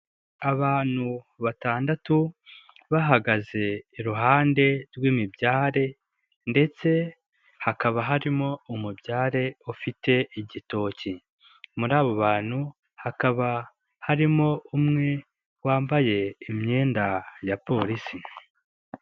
Abantu batandatu bahagaze iruhande rw'imibyare ndetse hakaba harimo umubyare ufite igitoki, muri abo bantu hakaba harimo umwe wambaye imyenda ya polisi.